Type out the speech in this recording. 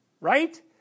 right